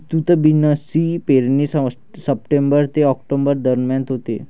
विस्तृत बीन्सची पेरणी सप्टेंबर ते ऑक्टोबर दरम्यान होते